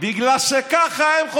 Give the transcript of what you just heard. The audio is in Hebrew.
מותר להם לעשות הכול.